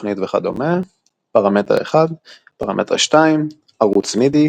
תוכנית וכדומה פרמטר 1 פרמטר 2 ערוץ מידי